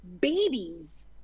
babies